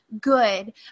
good